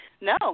No